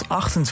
28